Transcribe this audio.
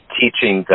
teaching